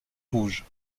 rouge